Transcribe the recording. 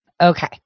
Okay